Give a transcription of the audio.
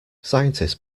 scientists